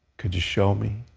could you show me?